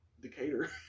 Decatur